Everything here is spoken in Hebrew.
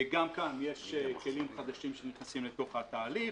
גם כאן יש כלים חדשים שנכנסים לתוך התהליך,